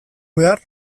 behar